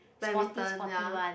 badminton ya